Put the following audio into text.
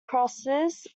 crosses